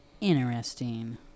interesting